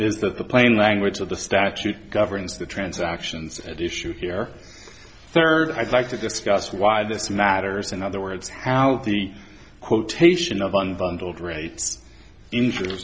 is that the plain language of the statute governs the transactions at issue here third i'd like to discuss why this matters in other words how the quotation of unbundled rates in